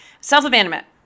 Self-abandonment